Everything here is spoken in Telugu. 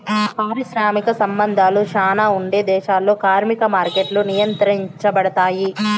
పారిశ్రామిక సంబంధాలు శ్యానా ఉండే దేశాల్లో కార్మిక మార్కెట్లు నియంత్రించబడుతాయి